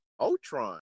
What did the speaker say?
Ultron